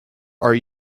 are